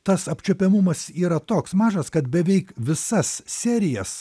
tas apčiuopiamumas yra toks mažas kad beveik visas serijas